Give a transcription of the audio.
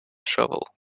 shovel